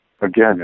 again